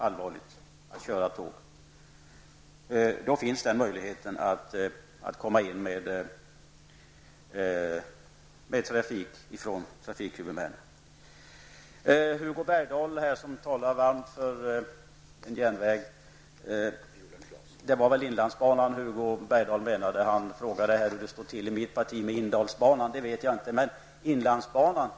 Det finns i så fall möjlighet för trafikhuvudmännen att driva trafiken. Hugo Bergdahl talade varmt för en järnväg. Han frågade hur det står till i mitt parti med inlandsbanan.